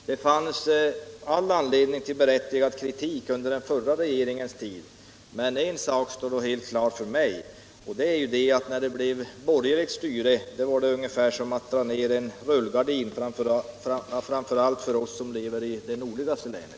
Det fanns all anledning till berättigad kritik under den förra regeringens tid, men en sak står då helt klar för mig, och det är att när det blev ett borgerligt styre i landet var det ungefär som att dra ner en rullgardin, framför allt för oss som lever i de nordligaste länen.